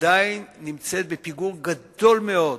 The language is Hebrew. עדיין נמצאת בפיגור גדול מאוד,